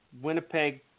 Winnipeg